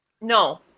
No